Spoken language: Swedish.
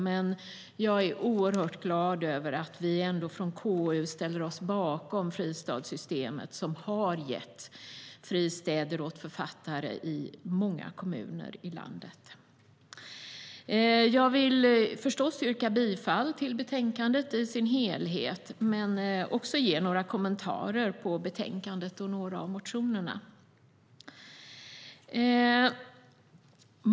Men jag är oerhört glad över att vi i KU ställer oss bakom fristadssystemet, som har gett fristad åt författare i många kommuner i landet. Jag yrkar förstås bifall till förslaget i betänkandet i dess helhet, men jag vill också göra några kommentarer till betänkandet och några av motionerna.